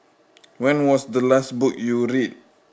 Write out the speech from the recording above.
when was the last book you read